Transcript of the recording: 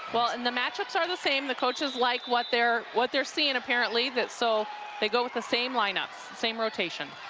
but and the matchups are the same the coaches like what they're what they're seeing apparently, so so they go with the same lineups, same rotation.